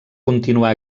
continuar